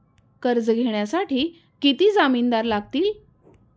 कर्ज घेण्यासाठी किती जामिनदार लागतील?